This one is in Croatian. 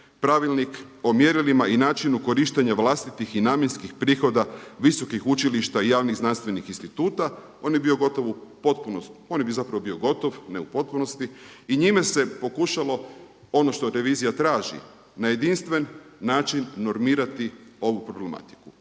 Pravilnik o mjerilima i načinu korištenja vlastitih i namjenskih prihoda visokih učilišta i javnih znanstvenih instituta. On bi bio gotovo u potpunosti, on bi zapravo bio gotov ne u potpunosti i njime se pokušalo ono što revizija traži na jedinstven način normirati ovu problematiku